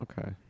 okay